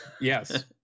Yes